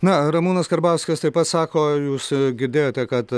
na ramūnas karbauskas taip pat sako jūs girdėjote kad